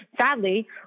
sadly